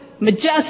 majestic